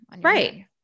right